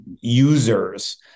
users